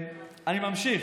אני ממשיך.